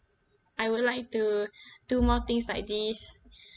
I would like to do more things like this